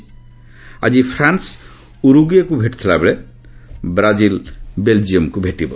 ଆଜି ଫ୍ରାନ୍ସ ଉରୁଗୁଏକୁ ଭେଟୁଥିଲାବେଳେ ବ୍ରାଜିଲ୍ ବେଲ୍ଜିୟମ୍କୁ ଭେଟିବ